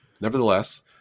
nevertheless